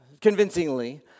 convincingly